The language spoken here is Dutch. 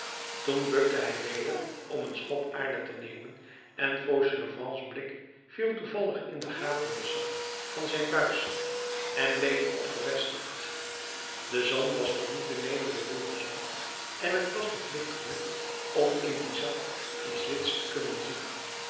toen bukte hij weder om een schop aarde te nemen en fauchelevents blik viel toevallig in den gapenden zak van zijn buis en bleef er op gevestigd de zon was nog niet beneden den horizont en t was nog licht genoeg om in dien zak iets wits te kunnen zien